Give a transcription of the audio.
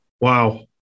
Wow